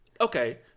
okay